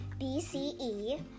BCE